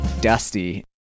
Dusty